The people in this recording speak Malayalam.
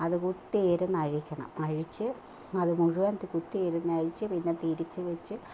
അതു കുത്തിയിരുന്നു അഴിക്കണം അഴിച്ച് അത് മുഴുവന് കുത്തിയിരുന്നഴിച്ചു പിന്നെ തിരിച്ചു വെച്ച്